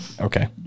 Okay